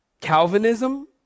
Calvinism